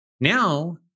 now